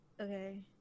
Okay